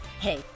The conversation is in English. Hey